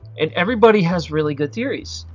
and everybody has really good theories.